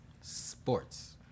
Sports